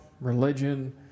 religion